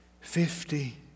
Fifty